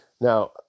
Now